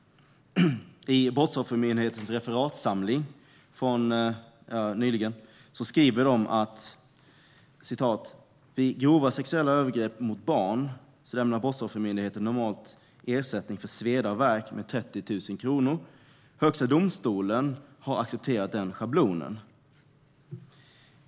I Brottsoffermyndighetens referatsamling skrev de nyligen: "Vid grova sexuella övergrepp mot barn lämnar Brottsoffermyndigheten normalt ersättning för sveda och värk med 30 000 kr. Högsta domstolen har - accepterat den schablonen."